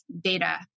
data